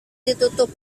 ditutup